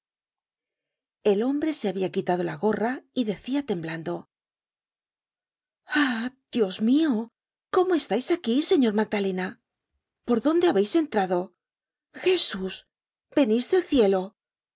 el hombre se habia quitado la gorra y decia temblando ah dios mio cómo estais aquí señor magdalena por dón content from google book search generated at de habeis entrado jesus venís del cielo